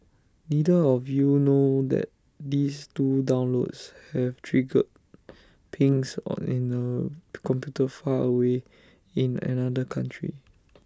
neither of you know that these two downloads have triggered pings in A computer far away in another country